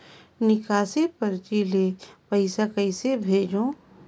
निकासी परची ले पईसा कइसे भेजों?